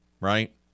right